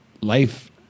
life